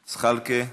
זחאלקה,